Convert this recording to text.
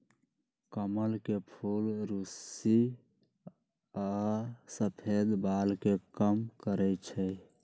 कमल के फूल रुस्सी आ सफेद बाल के कम करई छई